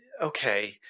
okay